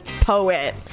poet